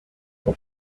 por